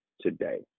today